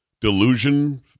delusion